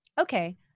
Okay